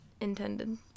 intended